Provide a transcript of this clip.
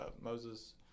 Moses